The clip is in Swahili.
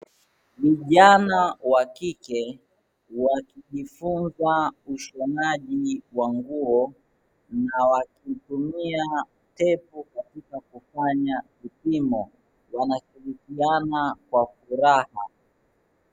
Vijana wa kike wakijifunza ushonaji wa nguo na wakitumia tepu katika kufanya vipimo. Wanashirikiana kwa furaha.